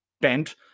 Bent